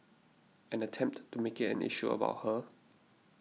and attempt to make it an issue about her